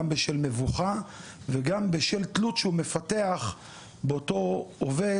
גם בשל מבוכה וגם בשל תלות שהוא מפתח באותו עובד